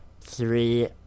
three